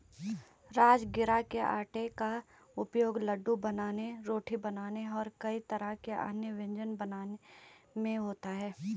राजगिरा के आटे का उपयोग लड्डू बनाने रोटी बनाने और कई तरह के अन्य व्यंजन बनाने में होता है